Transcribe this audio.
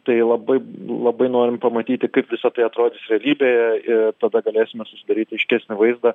tai labai labai norim pamatyti kaip visa tai atrodys realybėje ir tada galėsime susidaryti aiškesnį vaizdą